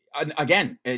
Again